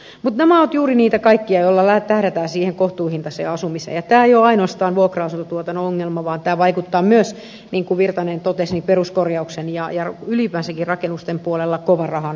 mutta nämä ovat juuri niitä kaikkia joilla tähdätään siihen kohtuuhintaiseen asumiseen ja tämä ei ole ainoastaan vuokra asuntotuotannon ongelma vaan tämä vaikuttaa myös niin kuin virtanen totesi peruskorjauksen ja ylipäänsäkin rakennusten puolella kovan rahan rakentamisessa